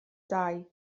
dau